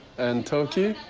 and turkey,